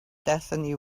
destiny